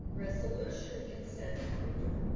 resolution consent calendar.